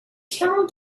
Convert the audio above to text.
camel